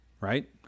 right